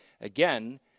Again